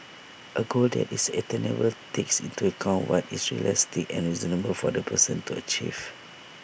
A goal that is attainable takes into account what is realistic and reasonable for the person to achieve